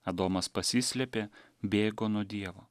adomas pasislėpė bėgo nuo dievo